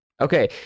Okay